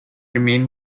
remain